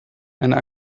einer